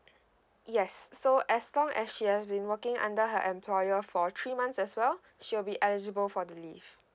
yes so as long as she has been working under her employer for three months as well she'll be eligible for the leave